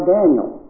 Daniel